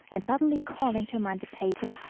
and suddenly calling to mind the patent,